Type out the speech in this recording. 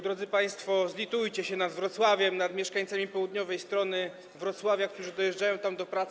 Drodzy państwo, zlitujcie się nad Wrocławiem, nad mieszkańcami południowej strony Wrocławia, którzy dojeżdżają tamtędy do pracy.